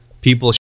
people